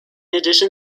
addition